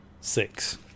six